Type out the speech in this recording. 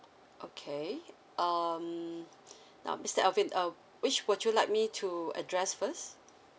okay um now mister alvin uh which would you like me to address first